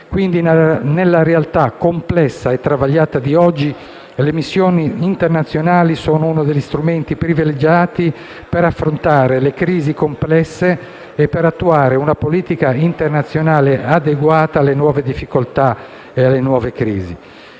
nella realtà complessa e travagliata di oggi, le missioni internazionali sono uno degli strumenti privilegiati per affrontare le crisi complesse e attuare una politica internazionale adeguata alle nuove difficoltà e crisi.